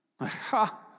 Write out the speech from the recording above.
Ha